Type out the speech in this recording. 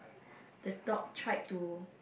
the dog tried to